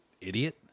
Idiot